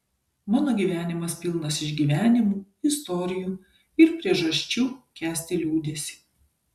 mano gyvenimas pilnas išgyvenimų istorijų ir priežasčių kęsti liūdesį